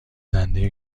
دنده